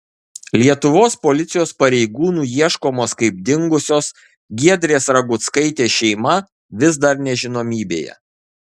lietuvos policijos pareigūnų ieškomos kaip dingusios giedrės raguckaitės šeima vis dar nežinomybėje